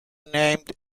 named